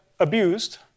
abused